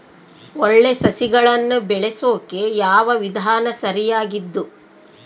ಒಳ್ಳೆ ಸಸಿಗಳನ್ನು ಬೆಳೆಸೊಕೆ ಯಾವ ವಿಧಾನ ಸರಿಯಾಗಿದ್ದು?